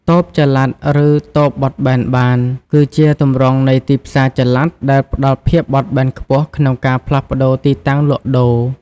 តូបចល័ត ឬ តូបបត់បែនបាន គឺជាទម្រង់នៃទីផ្សារចល័តដែលផ្តល់ភាពបត់បែនខ្ពស់ក្នុងការផ្លាស់ប្តូរទីតាំងលក់ដូរ។